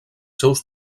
seus